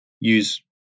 use